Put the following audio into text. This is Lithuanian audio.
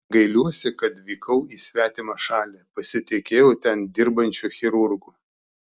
gailiuosi kad vykau į svetimą šalį pasitikėjau ten dirbančiu chirurgu